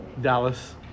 Dallas